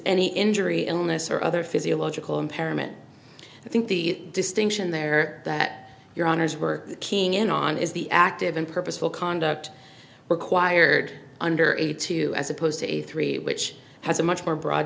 any injury illness or other physiological impairment i think the distinction there that your honors were king in on is the active and purposeful conduct required under eight to as opposed to a three which has a much more broad